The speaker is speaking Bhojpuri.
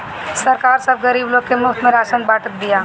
सरकार सब गरीब लोग के मुफ्त में राशन बांटत बिया